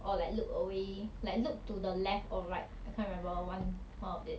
or like look away like look to the left or right I can't remember one one of it